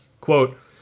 Quote